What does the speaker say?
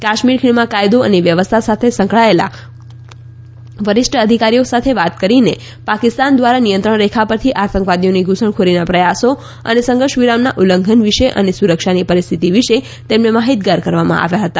કાશ્મીર ખીણમાં કાયદો અને વ્યવસ્થા સાથે સંકળાયેલા વરિષ્ઠ અધિકારીઓ ખાસ કરીને પાકિસ્તાન દ્વારા નિયંત્રણ રેખા પારથી આતંકવાદીઓની ધુસણખોરીના પ્રયાસો અને સંઘર્ષ વિરામના ઉલ્લંઘન વિશે અને સુરક્ષાની પરિસ્થિતિ વિશે તેમને માહિતગાર કરવામાં આવ્યા હતા